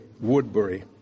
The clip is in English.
Woodbury